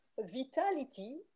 vitality